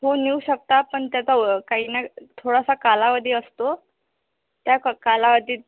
हो नेऊ शकता पण त्याचा जो काही ना थोडासा कालावधी असतो त्या क कालावधीत